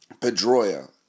Pedroia